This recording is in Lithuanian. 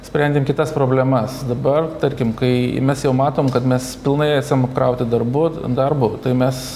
sprendėm kitas problemas dabar tarkim kai mes jau matom kad mes pilnai esam apkrauti darbu darbu tai mes